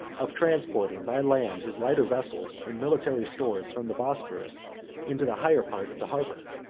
of transporting by land his lighter vessels and military stores from the bosphorus into the higher part of the harbor.